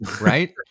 right